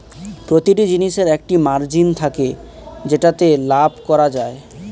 প্রতিটি জিনিসের একটা মার্জিন থাকে যেটাতে লাভ করা যায়